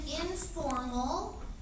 informal